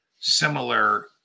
similar